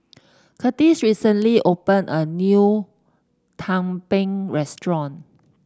Kurtis recently opened a new Tumpeng restaurant